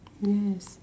yes